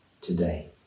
today